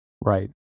right